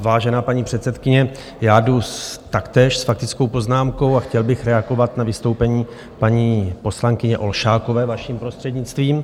Vážená paní předsedkyně, já jdu taktéž s faktickou poznámkou a chtěl bych reagovat na vystoupení paní poslankyně Olšákové, vaším prostřednictvím.